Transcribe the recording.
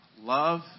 Love